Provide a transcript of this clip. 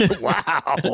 Wow